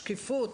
שקיפות,